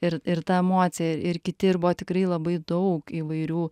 ir ir ta emocija ir kiti ir buvo tikrai labai daug įvairių